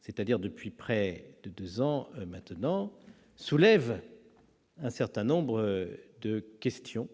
c'est-à-dire depuis près de deux ans, soulève un certain nombre de questions